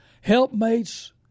helpmates